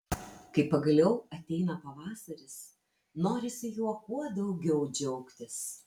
kai pagaliau ateina pavasaris norisi juo kuo daugiau džiaugtis